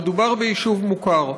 מדובר ביישוב מוכר.